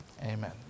Amen